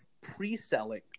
pre-selling